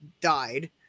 died